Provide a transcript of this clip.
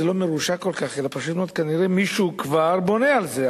זה לא מרושע כל כך אלא פשוט מאוד כנראה מישהו כבר בונה על זה.